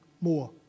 More